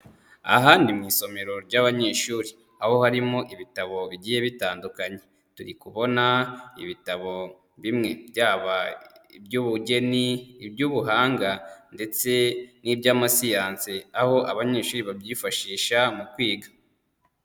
Aha ni mu isomero ry'abanyeshuri, aho harimo ibitabo bigiye bitandukanye, turi kubona ibitabo bimwe byaba iby'ubugeni, iby'ubuhanga ndetse n'iby'amasiyansi, aho abanyeshuri babyifashisha mu kwiga.